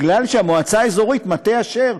כי המועצה האזורית מטה אשר,